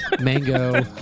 Mango